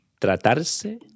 tratarse